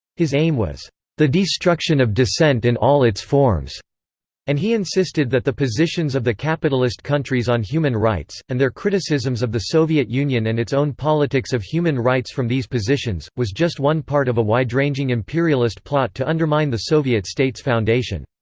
his aim was the destruction of dissent in all its forms and he insisted that the positions of the capitalist countries on human rights, and their criticisms of the soviet union and its own politics of human rights from these positions, was just one part of a wide-ranging imperialist plot to undermine the soviet state's foundation.